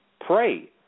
pray